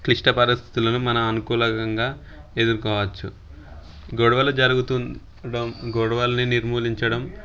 క్లిష్ట పరిస్థితులను మన అనుకూలంగా ఎదుర్కోవచ్చు గొడవలు జరుగుతు ఉండం గొడవలని నిర్మూలించడం